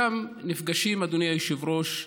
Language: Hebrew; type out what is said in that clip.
שם נפגשים, אדוני היושב-ראש,